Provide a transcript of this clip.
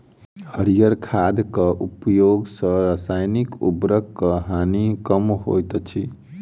हरीयर खादक उपयोग सॅ रासायनिक उर्वरकक हानि कम होइत अछि